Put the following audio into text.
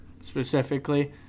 specifically